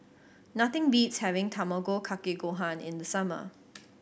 nothing beats having Tamago Kake Gohan in the summer